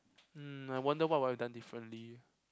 mm I wonder what would I have done differently